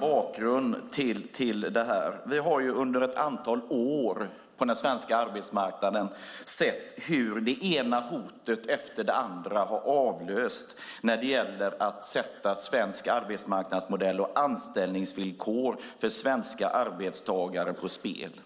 bakgrund till detta. Under ett antal år har vi på den svenska arbetsmarknaden sett hur det ena hotet efter det andra har avlöst varandra när det gäller att sätta svensk arbetsmarknadsmodell och anställningsvillkor för svenska arbetstagare på spel.